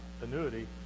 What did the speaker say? annuity